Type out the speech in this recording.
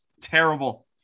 terrible